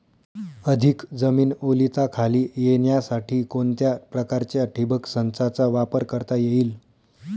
अधिक जमीन ओलिताखाली येण्यासाठी कोणत्या प्रकारच्या ठिबक संचाचा वापर करता येईल?